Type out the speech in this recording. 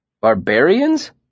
Barbarians